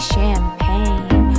Champagne